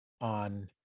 on